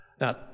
Now